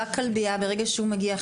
ברגע שכלב מגיע לכלביה,